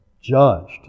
judged